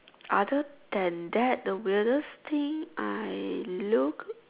other than that the weirdest thing I look